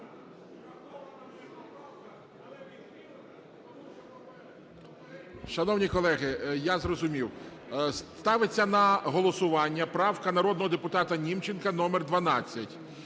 Шановні колеги, я зрозумів. Ставиться на голосування правка народного депутата Німченка номер 12.